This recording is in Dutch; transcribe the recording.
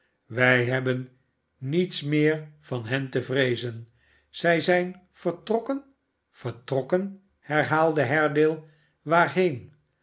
wij hebben niets meer van hen te vreezen zij zijn vertrokken vertrokken herhaalde haredale waarheen